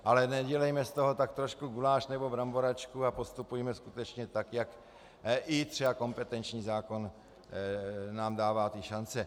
Ale nedělejme z toho tak trošku guláš nebo bramboračku a postupujme skutečně tak, jak i třeba kompetenční zákon nám dává ty šance.